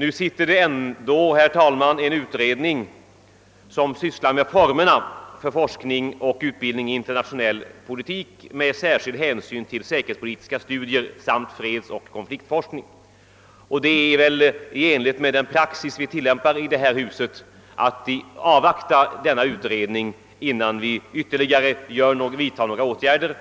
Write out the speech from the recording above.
Nu sitter det ändå en utredning som sysslar med formerna för forskningen och utbildningen i internationell politik med särskild hänsyn till säkerhetspolitiska studier samt fredsoch konfliktforskning, och i enlighet med den praxis som tillämpas i detta hus bör vi avvakta denna utredning innan vi vidtar några ytterligare åtgärder.